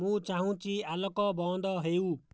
ମୁଁ ଚାହୁଁଛି ଆଲୋକ ବନ୍ଦ ହେଉ